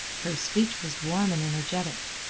her speech was warm and energetic.